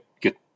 good